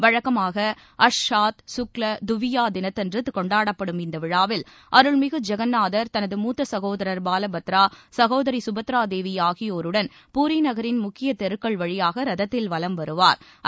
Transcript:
வழக்கமாக அஷ்ஷாத் சுக்ல துவித்யா தினத்தன்று கொண்டாடப்படும் இந்த விழாவில் அருள்மிகு ஜெகந்நாதர் தனது மூத்த சகோதரர் பாலபத்ரா சகோதரி சுபத்ரா தேவி ஆகியோருடன் பூரி நகரின் முக்கிய தெருக்கள் வழியாக ரதத்தில் வலம்வருவாா்